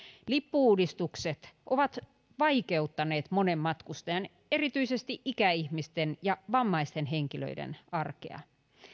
lippu uudistukset ovat vaikeuttaneet monen matkustajan erityisesti ikäihmisten ja vammaisten henkilöiden arkea